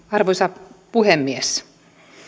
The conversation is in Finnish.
arvoisa puhemies